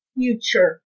future